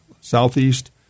southeast